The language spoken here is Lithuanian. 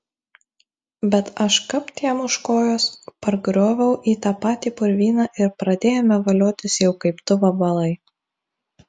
bet aš kapt jam už kojos pargrioviau į tą patį purvyną ir pradėjome voliotis jau kaip du vabalai